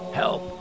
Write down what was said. help